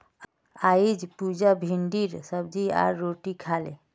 अईज पुजा भिंडीर सब्जी आर रोटी खा ले